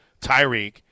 Tyreek